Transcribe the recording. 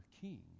king